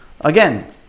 Again